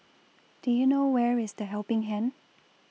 Do YOU know Where IS The Helping Hand